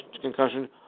concussion